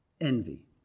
Envy